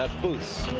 booths.